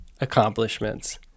accomplishments